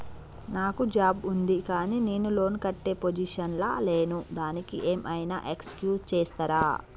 నాకు జాబ్ ఉంది కానీ నేను లోన్ కట్టే పొజిషన్ లా లేను దానికి ఏం ఐనా ఎక్స్క్యూజ్ చేస్తరా?